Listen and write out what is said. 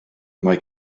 mae